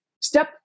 step